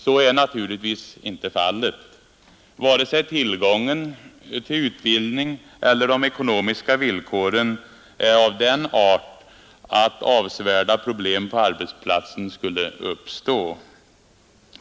Så är naturligtvis inte fallet. Varken tillgången till utbildning eller de ekonomiska villkoren är av den arten att avsevärda problem på arbetsplatserna skulle uppstå.